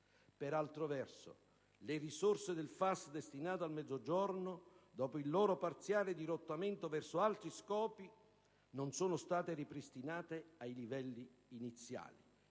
Per altro verso, le risorse del FAS destinate al Mezzogiorno, dopo il loro parziale dirottamento verso altri scopi, non sono state ripristinate ai livelli iniziali.